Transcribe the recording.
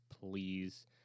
please